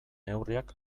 neurriak